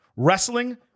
Wrestling